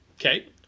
Okay